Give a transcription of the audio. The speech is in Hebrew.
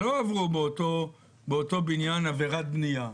שלא עברו באותו בניין עבירת בנייה.